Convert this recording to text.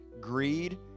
Greed